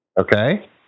Okay